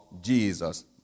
Jesus